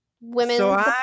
women